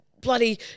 bloody